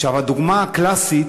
הדוגמה הקלאסית,